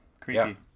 Creepy